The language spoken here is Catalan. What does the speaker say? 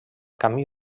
camí